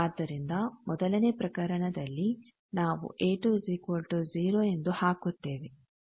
ಆದ್ದರಿಂದ ಮೊದಲನೇ ಪ್ರಕರಣದಲ್ಲಿ ನಾವು a20 ಎಂದು ಹಾಕುತ್ತೇವೆ